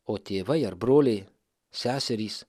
o tėvai ar broliai seserys